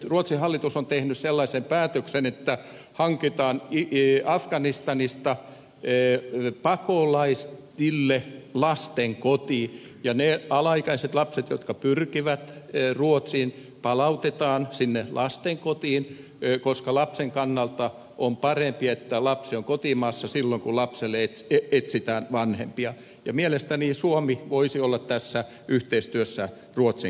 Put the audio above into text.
ruotsin hallitus on tehnyt sellaisen päätöksen että hankitaan afganistanista pakolaisille lastenkoti ja ne alaikäiset lapset jotka pyrkivät ruotsiin palautetaan sinne lastenkotiin koska lapsen kannalta on parempi että lapsi on kotimaassa silloin kun lapselle etsitään vanhempia ja mielestäni suomi voisi olla tässä yhteistyössä ruotsin kanssa